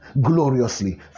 Gloriously